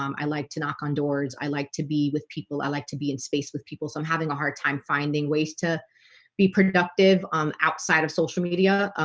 um i like to knock on doors. i like to be with people i like to be in space with people. so i'm having a hard time finding ways to be productive outside of social media,